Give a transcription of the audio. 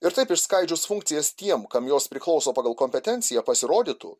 ir taip išskaidžius funkcijas tiem kam jos priklauso pagal kompetenciją pasirodytų